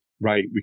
right